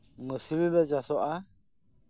ᱢᱟᱹᱥᱨᱤ ᱞᱮ ᱪᱟᱥᱚᱜᱼᱟ